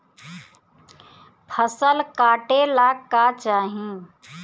फसल काटेला का चाही?